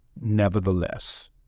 nevertheless